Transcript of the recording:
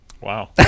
Wow